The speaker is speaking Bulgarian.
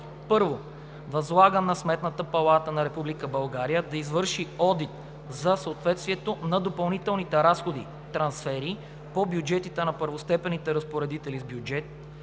1. Възлага на Сметната палата на Република България да извърши одит за съответствието на допълнителните разходи/трансфери по бюджетите на първостепенните разпоредители с бюджет,